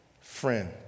friend